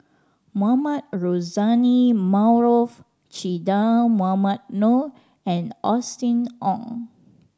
Mohamed Rozani Maarof Che Dah Mohamed Noor and Austen Ong